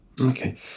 Okay